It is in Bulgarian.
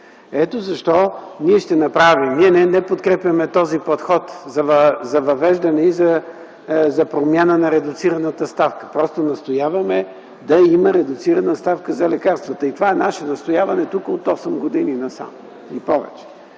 а именно лекарствата. Ние не подкрепяме този подход за въвеждане и за промяна на редуцираната ставка, просто настояваме да има редуцирана ставка за лекарствата и това е наше настояване тук от осем и повече